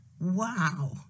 Wow